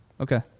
Okay